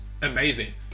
Amazing